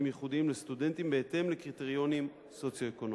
ייחודיים לסטודנטים בהתאם לקריטריונים סוציו-אקונומיים.